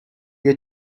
your